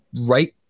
right